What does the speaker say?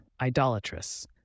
idolatrous